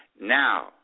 Now